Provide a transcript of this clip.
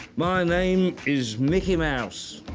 my name is mickey mouse.